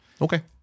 okay